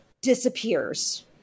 disappears